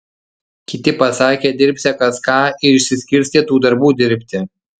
kiti pasakė dirbsią kas ką ir išsiskirstė tų darbų dirbti